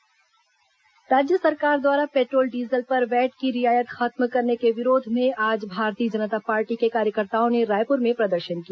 भाजपा प्रदर्शन राज्य सरकार द्वारा पेट्रोल डीजल पर वैट की रियायत समाप्त करने के विरोध में आज भारतीय जनता पार्टी के कार्यकर्ताओं ने रायपुर में प्रदर्शन किया